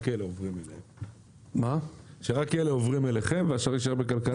רק אלה עוברים אליכם והשאר יישאר בכלכלה?